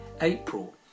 April